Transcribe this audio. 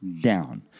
down